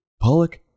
Pollock